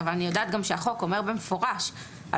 אבל אני גם יודעת שהחוק אומר במפורש שעל